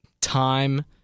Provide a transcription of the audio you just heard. Time